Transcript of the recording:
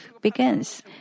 begins